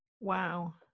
Wow